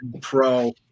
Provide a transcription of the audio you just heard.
pro